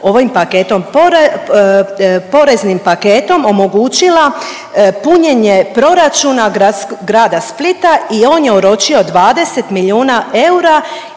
poreznim paketom omogućila punjenje proračuna Grada Splita i on je oročio 20 milijuna eura